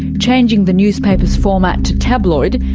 changing the newspapers' format to tabloid,